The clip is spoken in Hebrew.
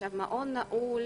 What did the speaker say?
מעון נעול,